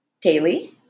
daily